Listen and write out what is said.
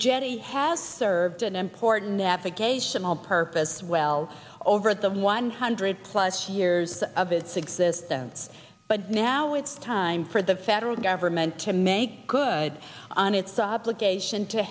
jedi has served an important navigational purpose well over the one hundred plus years of its existence but now it's time for the federal government to make good on its obligation to